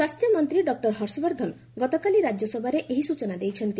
ସ୍ୱାସ୍ଥ୍ୟମନ୍ତ୍ରୀ ଡକ୍ଟର ହର୍ଷବର୍ଦ୍ଧନ ଗତକାଲି ରାଜ୍ୟସଭାରେ ଏହି ସ୍ନଚନା ଦେଇଛନ୍ତି